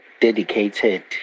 dedicated